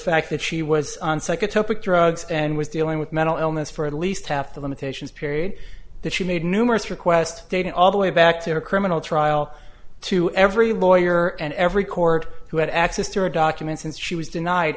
fact that she was on second topic drugs and was dealing with mental illness for at least half the limitations period that she made numerous requests dating all the way back to her criminal trial to every lawyer and every court who had access to her documents and she was denied